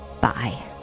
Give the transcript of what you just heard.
Bye